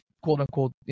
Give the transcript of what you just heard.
quote-unquote